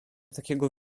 takiego